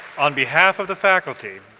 on behalf of the faculty,